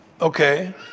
Okay